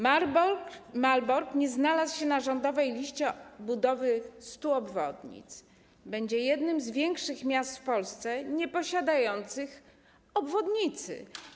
Malbork nie znalazł się na rządowej liście budowy 100 obwodnic, będzie jednym z większych miast w Polsce nieposiadających obwodnicy.